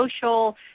social